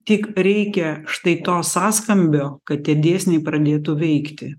tik reikia štai to sąskambio kad tie dėsniai pradėtų veikti